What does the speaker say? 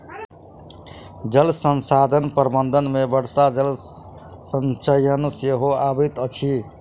जल संसाधन प्रबंधन मे वर्षा जल संचयन सेहो अबैत अछि